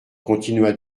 continua